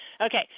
okay